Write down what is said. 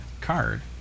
card